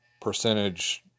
percentage